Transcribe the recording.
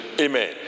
Amen